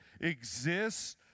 exists